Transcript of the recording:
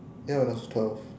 ya when I was twelve